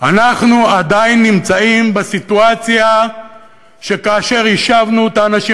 אנחנו עדיין נמצאים בסיטואציה שכאשר יישבנו את האנשים,